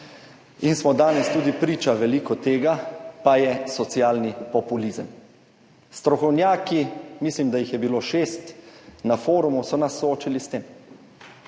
in smo danes tudi priča veliko tega, pa je socialni populizem. Strokovnjaki, mislim, da jih je bilo šest na forumu, so nas soočili s tem.